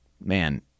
man